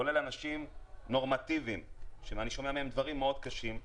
אבל פה זה גם אנשים נורמטיביים שאני שומע מהם דברים מאוד קשים.